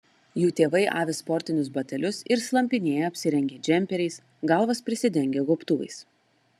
jų tėvai avi sportinius batelius ir slampinėja apsirengę džemperiais galvas prisidengę gobtuvais